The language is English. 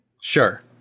Sure